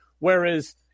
Whereas